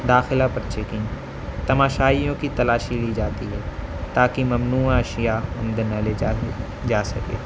داخلہ پر چیکن تماشائیوں کی تلاشی لی جاتی ہے تاکہ ممنوع اشیا اندر نہ لے جا جا سکیں